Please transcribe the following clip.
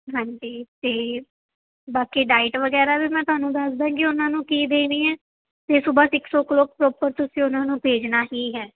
ਹਾਂਜੀ ਅਤੇ ਬਾਕੀ ਡਾਈਟ ਵਗੈਰਾ ਵੀ ਮੈਂ ਤੁਹਾਨੂੰ ਦੱਸ ਦਾਂਗੀ ਉਹਨਾਂ ਨੂੰ ਕੀ ਦੇਣੀ ਹੈ ਅਤੇ ਸੂਬਹਾ ਸਿਕਸ ਓ ਕਲੋਕ ਪ੍ਰੋਪਰ ਤੁਸੀਂ ਉਹਨਾਂ ਨੂੰ ਭੇਜਣਾ ਹੀ ਹੈ